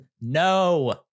No